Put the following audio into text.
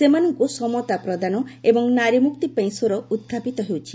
ସେମାନଙ୍କୁ ସମତା ପ୍ରଦାନ ଏବଂ ନାରୀମୁକ୍ତି ପାଇଁ ସ୍ପର ଉହ୍ଚାପିତ ହେଉଛି